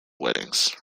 weddings